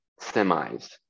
semis